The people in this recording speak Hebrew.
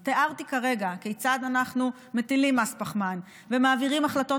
אז תיארתי כרגע כיצד אנחנו מטילים מס פחמן ומעבירים החלטות